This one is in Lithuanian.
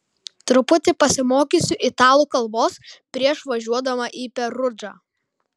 truputį pasimokysiu italų kalbos prieš važiuodama į perudžą